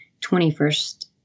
21st